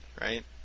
right